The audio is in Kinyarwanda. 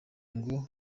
ngo